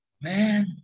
Man